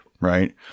right